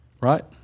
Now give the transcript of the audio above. right